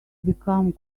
become